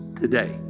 today